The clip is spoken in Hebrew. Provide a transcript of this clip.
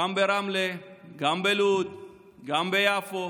גם ברמלה, גם בלוד וגם ביפו